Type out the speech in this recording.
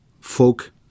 folk